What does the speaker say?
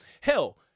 Hell